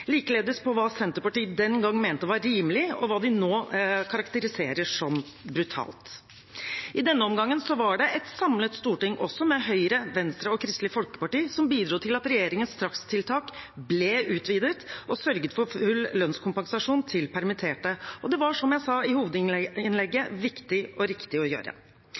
likeledes på hva Senterpartiet den gangen mente var rimelig, og hva de nå karakteriserer som brutalt. I denne omgangen var det et samlet storting – også med Høyre, Venstre og Kristelig Folkeparti – som bidro til at regjeringens strakstiltak ble utvidet, og sørget for full lønnskompensasjon til permitterte. Det var, som jeg sa i hovedinnlegget, viktig og riktig å gjøre